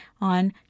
on